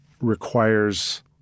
requires